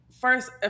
first